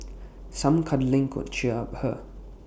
some cuddling could cheer her up